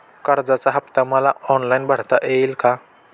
कर्जाचा हफ्ता मला ऑनलाईन भरता येईल का?